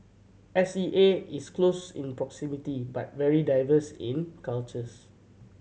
S E A is close in proximity but very diverse in cultures